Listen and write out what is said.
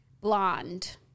Blonde